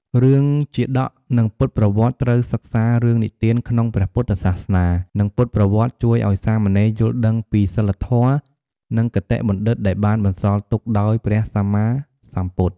រឿងជាតក និងពុទ្ធប្រវត្តិ ត្រូវសិក្សារឿងនិទានក្នុងព្រះពុទ្ធសាសនា និងពុទ្ធប្រវត្តិជួយឱ្យសាមណេរយល់ដឹងពីសីលធម៌ និងគតិបណ្ឌិតដែលបានបន្សល់ទុកដោយព្រះសម្មាសម្ពុទ្ធ។